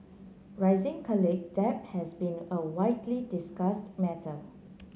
rising college debt has been a widely discussed matter